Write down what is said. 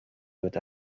wird